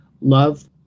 love